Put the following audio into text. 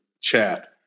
chat